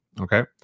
Okay